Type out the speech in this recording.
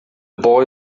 boy